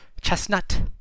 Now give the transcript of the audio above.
chestnut